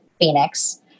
Phoenix